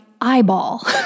eyeball